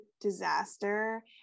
disaster